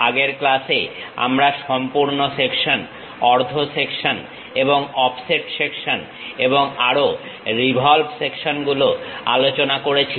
আগের ক্লাসে আমরা সম্পূর্ণ সেকশন অর্ধ সেকশন এবং অফসেট সেকশন এবং আরো রিভলভ সেকশনগুলো আলোচনা করেছি